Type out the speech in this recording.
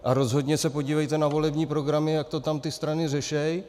A rozhodně se podívejte na volební programy, jak to tam ty strany řeší.